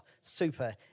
super